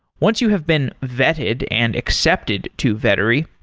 once you have been vetted and accepted to vettery,